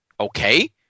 okay